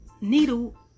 needle